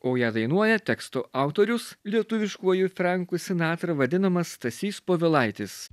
o ją dainuoja teksto autorius lietuviškuoju frenku sinatra vadinamas stasys povilaitis